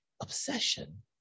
obsession